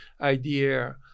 idea